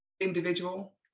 individual